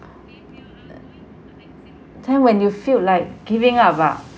then when you feel like giving up ah